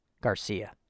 Garcia